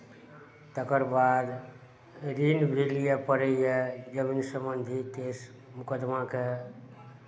तकर बाद ऋण भी लिअ पड़ैए जमीन सम्बन्धी केस मुकदमाके